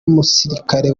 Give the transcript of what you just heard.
musirikare